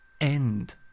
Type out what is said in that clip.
End